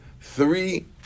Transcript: three